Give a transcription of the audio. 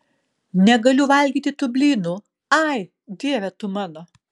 negaliu valgyti tų blynų ai dieve tu mano